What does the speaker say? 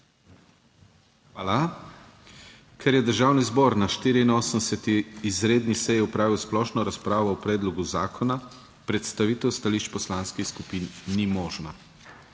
Hvala. Ker je Državni zbor na 84. izredni seji opravil splošno razpravo o predlogu zakona, predstavitev stališč poslanskih skupin ni možna.